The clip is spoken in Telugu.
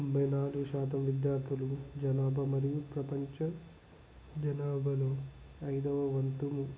తొంభై నాలుగు శాతం విద్యార్థులు జనాభా మరియు ప్రపంచ జనాభాలో అయిదవ వంతు